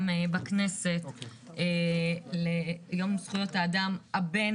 בכנסת את יום זכויות האדם הבין